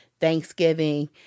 Thanksgiving